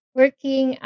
working